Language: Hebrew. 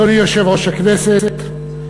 אדוני יושב-ראש הכנסת,